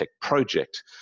Project